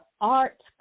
art